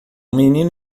menino